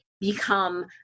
become